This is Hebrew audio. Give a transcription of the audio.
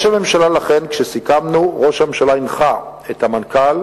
לכן, כשסיכמנו, ראש הממשלה הנחה את מנכ"ל